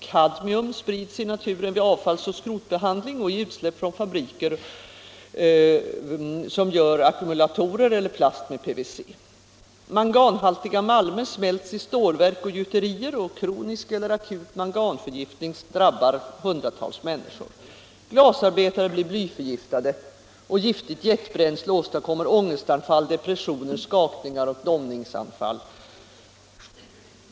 Kadmium sprids i naturen vid avfalls och skrotbehandling och i utsläpp från fabriker som tillverkar ackumulatorer eller plast med PVC. Manganhaltiga malmer smälts i stålverk och i gjuterier, och akut eller kronisk manganförgiftning drabbar hundratals människor. Glasarbetare blir blyförgiftade, och giftigt jetbränsle åstadkommer ångestanfall, depressioner, skakningar och dom ningsanfall.